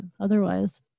otherwise